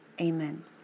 Amen